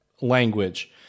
language